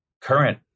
current